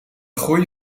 groei